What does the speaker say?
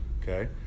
okay